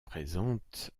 présente